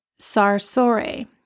sarsore